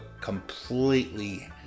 completely